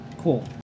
cool